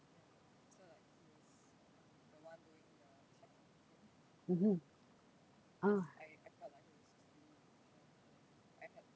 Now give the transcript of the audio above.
mmhmm ah